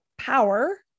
power